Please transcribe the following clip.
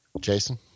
Jason